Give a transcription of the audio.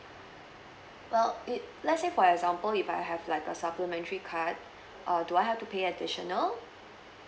well it let's say for example if I have like a supplementary card err do I have to pay additional